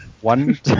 One